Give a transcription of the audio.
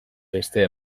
bestea